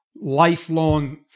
lifelong